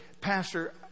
Pastor